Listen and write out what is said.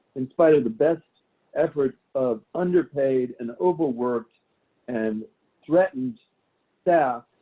in spite of the best efforts of underpaid and overworked and threatened staff,